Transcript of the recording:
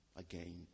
again